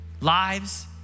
lives